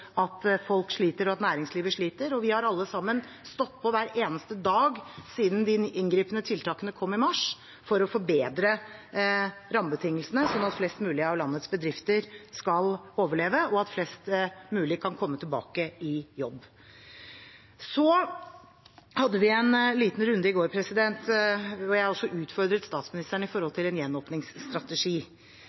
at folk sliter og for at næringslivet sliter. Vi har alle sammen stått på hver eneste dag siden de inngripende tiltakene kom i mars, for å forbedre rammebetingelsene slik at flest mulig av landets bedrifter skal overleve, og at flest mulig kan komme tilbake i jobb. Så hadde vi en liten runde i går hvor jeg utfordret statsministeren på en gjenåpningsstrategi. Jeg